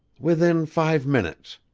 within five minutes.